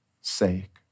sake